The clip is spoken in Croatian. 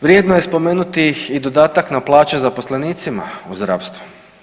Vrijedno je spomenuti i dodatak na plaće zaposlenicima u zdravstvu.